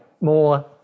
more